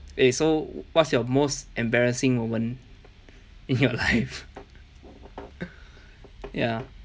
eh so what's your most embarrassing moment in your life ya